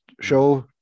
show